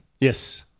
yes